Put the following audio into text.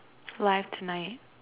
live tonight